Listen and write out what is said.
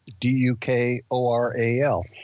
d-u-k-o-r-a-l